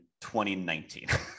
2019